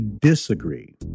disagree